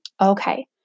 Okay